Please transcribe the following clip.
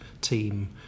team